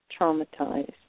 traumatized